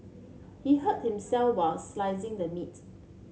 he hurt himself while slicing the meat